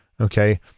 Okay